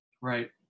Right